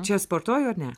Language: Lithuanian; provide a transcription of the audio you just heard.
čia sportuoju ar ne